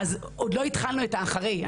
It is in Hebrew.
עוד לא התחלנו את מה שאחרי.